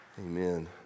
Amen